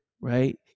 right